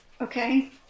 Okay